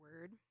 word